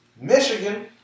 Michigan